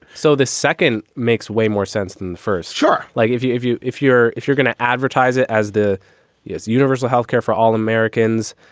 so the second makes way more sense than the first sure like if you if you if you're if you're going to advertise it as the yeah universal health care for all americans.